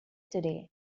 today